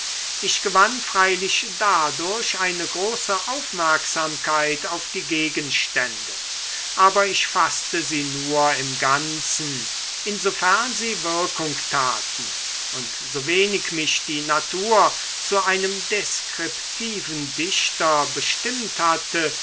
ich gewann freilich dadurch eine große aufmerksamkeit auf die gegenstände aber ich faßte sie nur im ganzen insofern sie wirkung taten und so wenig mich die natur zu einem deskriptiven dichter bestimmt hatte